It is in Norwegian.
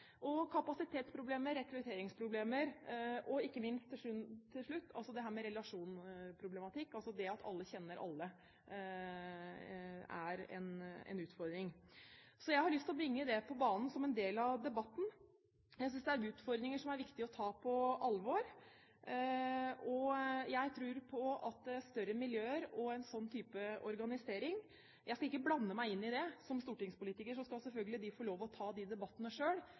fravær, kapasitetsproblemer, rekrutteringsproblemer. Og ikke minst, til slutt, dette med relasjonsproblematikk, det at alle kjenner alle, er en utfordring. Jeg har lyst til å bringe dette på banen som en del av debatten. Jeg synes det er utfordringer som er viktige å ta på alvor, og jeg tror på større miljøer og en sånn type organisering. Jeg skal ikke blande meg inn i det som stortingspolitiker, kommunene skal selvfølgelig få lov til å ta de debattene